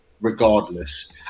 regardless